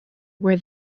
were